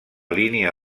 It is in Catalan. línia